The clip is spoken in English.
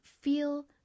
feel